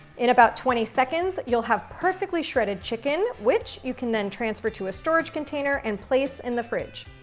in about twenty seconds, you'll have perfectly shredded chicken, which you can then transfer to a storage container and place in the fridge.